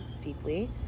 deeply